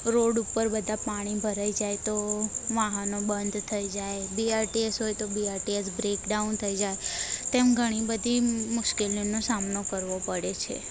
road ઉપર બધા પાણી ભરાઈ જાય તો વાહનો બંધ થઈ જાય બીઆરટીએસ હોય તો બીઆરટીએસ બ્રેક ડાઉન થઈ જાય તેમ ઘણી બધી મુશ્કેલીઓનો સામનો કરવો પડે છે